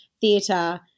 theatre